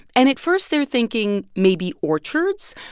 and, at first, they're thinking, maybe orchards.